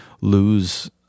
lose